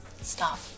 stop